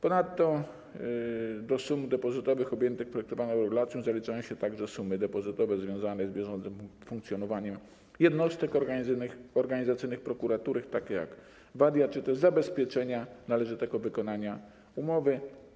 Ponadto do sum depozytowych objętych projektowaną regulacją zaliczają się także sumy depozytowe związane z bieżącym funkcjonowaniem jednostek organizacyjnych prokuratury, takie jak wadia czy też zabezpieczenia należytego wykonania umowy.